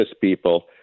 people